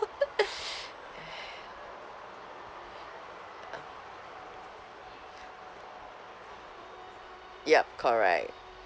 yup correct